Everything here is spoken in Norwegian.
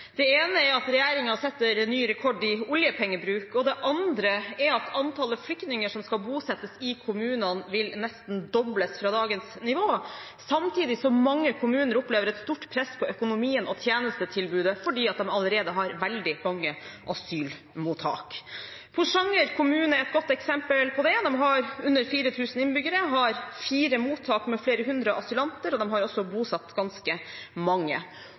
Det ene er at regjeringen setter ny rekord i oljepengebruk, det andre er at antallet flyktninger som skal bosettes i kommunene, vil nesten dobles fra dagens nivå, samtidig som mange kommuner opplever et stort press på økonomien og tjenestetilbudet fordi de allerede har veldig mange asylmottak. Porsanger kommune er et godt eksempel på det. De har under 4 000 innbyggere, og de har fire mottak med flere hundre asylanter. De har også bosatt ganske mange.